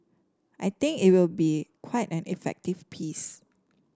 I think it will be quite an effective piece